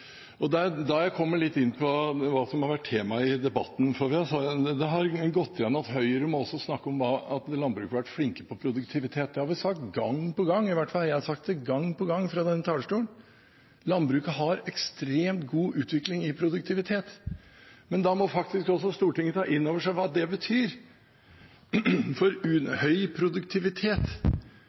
Jeg vil komme litt inn på hva som har vært tema i debatten, for det har gått igjen at Høyre også må snakke om at landbruket har vært flinke når det gjelder produktivitet. Det har vi sagt gang på gang, i hvert fall har jeg sagt det gang på gang fra denne talerstolen. Landbruket har ekstremt god utvikling i produktivitet, men da må faktisk også Stortinget ta inn over seg hva det betyr. Høy produktivitet betyr for